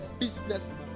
businessman